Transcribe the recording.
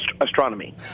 astronomy